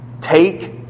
Take